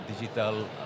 digital